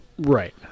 Right